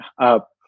up